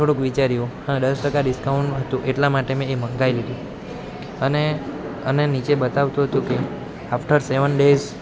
અને થોડું વિચાર્યું હા દસ ટકા ડિસ્કાઉન્ટ હતું એટલા માટે મેં એ મંગાઈ લીધું અને અને નીચે બતાવતું હતું કે આફ્ટર સેવન ડેઝ